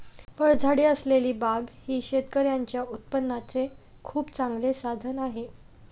फळझाडे असलेली बाग ही शेतकऱ्यांच्या उत्पन्नाचे खूप चांगले साधन आहे